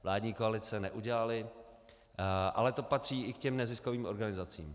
Vládní koalice neudělala, ale to patří i k těm neziskovým organizacím.